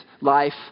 life